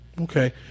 Okay